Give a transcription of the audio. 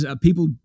people